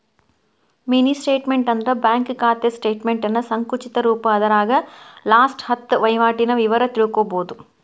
mini statement ಅಂದ್ರ bank ಖಾತೆ ಸ್ಟೇಟಮೆಂಟ್ನ ಸಂಕುಚಿತ ರೂಪ ಅದರಾಗ ಲಾಸ್ಟ ಹತ್ತ ವಹಿವಾಟಿನ ವಿವರ ತಿಳ್ಕೋಬೋದು